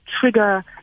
trigger